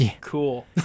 Cool